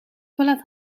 toilet